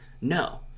no